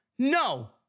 No